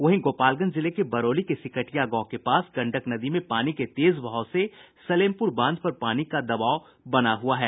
वहीं गोपालगंज जिले के बरौली के सिकटिया गांव के पास गंडक नदी में पानी के तेज बहाव से सलेमपुर बांध पर पानी का दबाव बढ़ा हुआ है